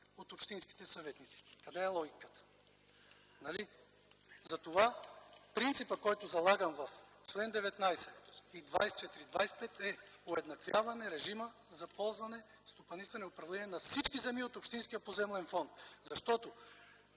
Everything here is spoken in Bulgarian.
от общинските съветници. Къде е логиката? Нали?! Затова принципът, който залагам в чл. 19, 24 и 25 е уеднаквяване режима за ползване, стопанисване и управление на всички земи от общинския поземлен фонд. Защото